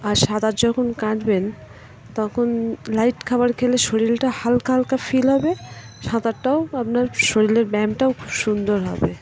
আর সাঁতার যখন কাটবেন তখন লাইট খাবার খেলে শরীরটা হালকা হালকা ফিল হবে সাঁতারটাও আপনার শরীরের ব্যায়ামটাও খুব সুন্দর হবে